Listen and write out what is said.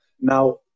Now